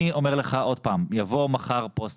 אני אומר לך עוד פעם שיבוא מחר פוסט